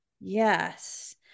Yes